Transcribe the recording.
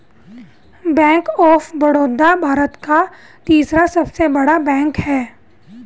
bank of Baroda Bharat का तीसरा सबसे बड़ा बैंक हैं